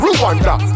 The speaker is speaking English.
Rwanda